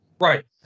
Right